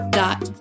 dot